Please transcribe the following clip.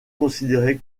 considéré